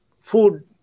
food